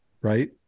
right